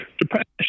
depression